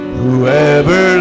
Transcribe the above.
whoever